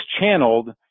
channeled